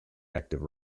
active